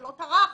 שלא טרח